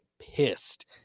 pissed